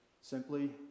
simply